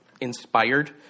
inspired